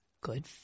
good